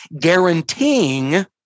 guaranteeing